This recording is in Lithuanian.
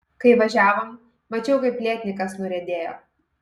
kai važiavom mačiau kaip lietnykas nuriedėjo